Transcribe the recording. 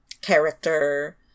character